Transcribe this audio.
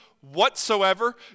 whatsoever